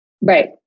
Right